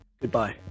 Goodbye